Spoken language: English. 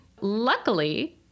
Luckily